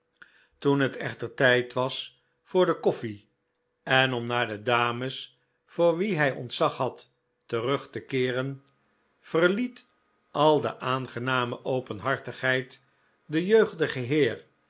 toen het echter tijd was voor de koffle en om naar de dames voor wie hij ontzag had terug te keeren verliet al de aangename openhartigheid den jeugdigen heer